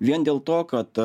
vien dėl to kad